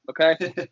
Okay